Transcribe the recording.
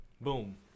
boom